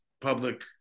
public